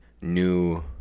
new